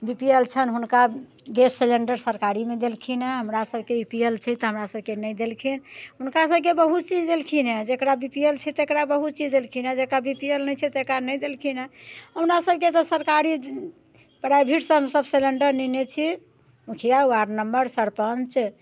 B P L छन हुनका gas cylinder सरकारीमे देलखिन हमरा सबके आई पी एल छै तऽ हमरा सबके नहि देलखिन हुनका सबके बहुत चीज देलखिन जकरा बी पी एल छै तकरा बहुत चीज देलखिन जकरा बी पी एल नहि छै तकरा नहि देलखिन हमरा सबके तऽ सरकारी प्राइवेटसँ हमसब सिलिंडर लेने छी मुखिया वार्ड नंबर सरपञ्च